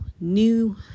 new